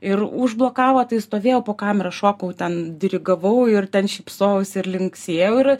ir užblokavo tai stovėjau po kamera šokau ten dirigavau ir ten šypsojausi ir linksėjau ir